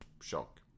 Shock